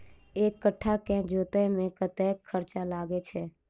एक कट्ठा केँ जोतय मे कतेक खर्चा लागै छै?